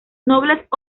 nobles